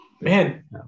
Man